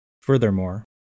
Furthermore